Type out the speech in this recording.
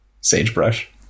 sagebrush